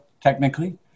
technically